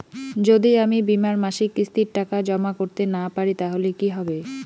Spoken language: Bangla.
যদি আমি বীমার মাসিক কিস্তির টাকা জমা করতে না পারি তাহলে কি হবে?